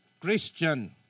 Christian